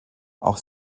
auch